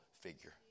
figure